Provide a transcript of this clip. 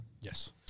Yes